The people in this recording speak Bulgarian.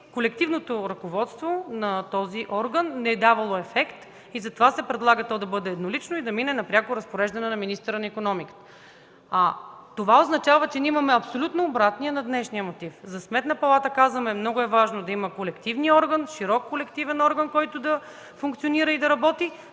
колективното ръководство на този орган не давало ефект и затова се предлага то да бъде еднолично и да мине на пряко разпореждане на министъра на икономиката. Това означава, че имаме абсолютно обратния на днешния мотив. За Сметната палата казваме: много е важно да има широк колективен орган, който да функционира и да работи.